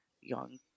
young